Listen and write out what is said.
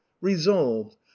resolved